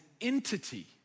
entity